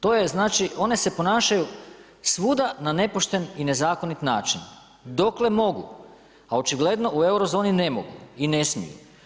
To je znači, one se ponašaju svuda na nepošten i nezakonit način dokle mogu, a očigledno u eurozoni ne mogu i ne smiju.